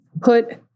put